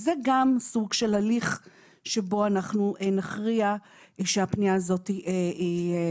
זה גם סוג של הליך שבו אנחנו נכריע שהפנייה הזו היא מוצדקת.